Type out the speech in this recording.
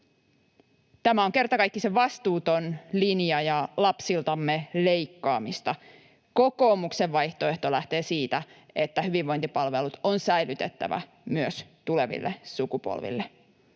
Tämä on kertakaikkisen vastuuton linja ja lapsiltamme leikkaamista. Kokoomuksen vaihtoehto lähtee siitä, että hyvinvointipalvelut on säilytettävä myös tuleville sukupolville.